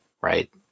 right